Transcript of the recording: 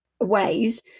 ways